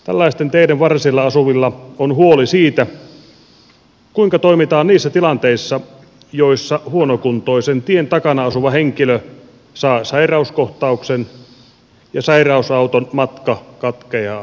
tällaisten teiden varsilla asuvilla on huoli siitä kuinka toimitaan niissä tilanteissa joissa huonokuntoisen tien takana asuva henkilö saa sairauskohtauksen ja sairausauton matka katkeaa kesken